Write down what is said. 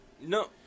No